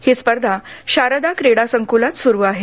ही स्पर्धा शारदा क्रीडासंकुलात सुरु आहे